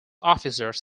officers